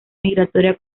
migratoria